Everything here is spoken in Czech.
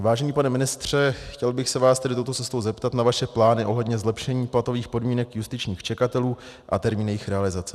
Vážený pane ministře, chtěl bych se vás tedy touto cestou zeptat na vaše plány ohledně zlepšení platových podmínek justičních čekatelů a termín jejich realizace.